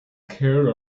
care